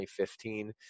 2015